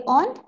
on